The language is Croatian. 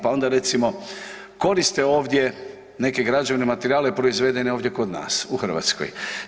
Pa onda recimo koriste ovdje neke građevne materijale proizvedene ovdje kod nas u Hrvatskoj.